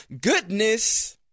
goodness